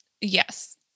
Yes